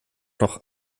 noch